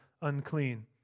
unclean